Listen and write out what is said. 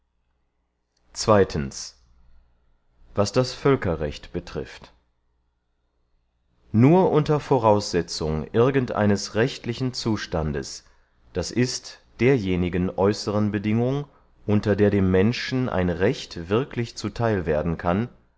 was das völkerrecht betrifft nur unter voraussetzung irgend eines rechtlichen zustandes d i derjenigen äußeren bedingung unter der dem menschen ein recht wirklich zu theil werden kann